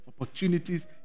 opportunities